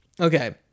Okay